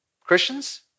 Christians